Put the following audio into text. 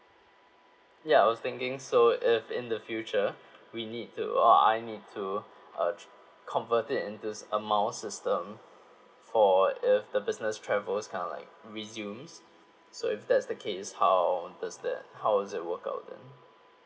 ya I was thinking so if in the future we need to or I need to uh tr~ convert into a miles system for if the business travels kind of like resumes so if that's the case how does that how is it work out then